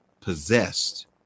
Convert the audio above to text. possessed